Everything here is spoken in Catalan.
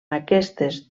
aquestes